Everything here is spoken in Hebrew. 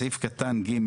בסעיף קטן (ג),